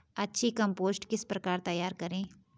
अच्छी कम्पोस्ट किस प्रकार तैयार करें?